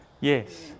Yes